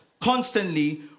constantly